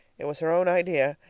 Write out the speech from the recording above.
it was her own idea.